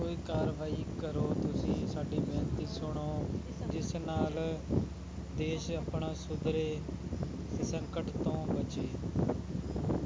ਕੋਈ ਕਾਰਵਾਈ ਕਰੋ ਤੁਸੀਂ ਸਾਡੀ ਬੇਨਤੀ ਸੁਣੋ ਜਿਸ ਨਾਲ ਦੇਸ਼ ਆਪਣਾ ਸੁਧਰੇ ਅਤੇ ਸੰਕਟ ਤੋਂ ਬਚੇ